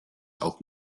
auch